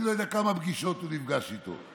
אני לא יודע כמה פגישות הוא נפגש איתו,